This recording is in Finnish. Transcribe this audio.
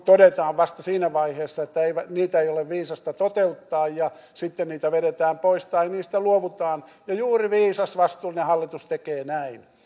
todetaan vasta siinä vaiheessa että niitä ei ole viisasta toteuttaa ja sitten niitä vedetään pois tai niistä luovutaan ja juuri viisas vastuullinen hallitus tekee näin